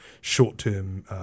short-term